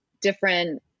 different